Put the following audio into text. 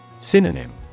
Synonym